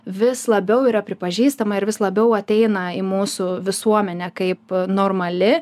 vis labiau yra pripažįstama ir vis labiau ateina į mūsų visuomenę kaip normali